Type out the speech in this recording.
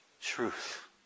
Truth